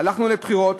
הלכנו לבחירות,